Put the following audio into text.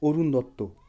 Arun Dutta